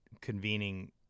convening